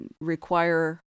require